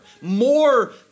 More